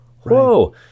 Whoa